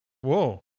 Whoa